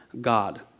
God